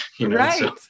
Right